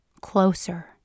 Closer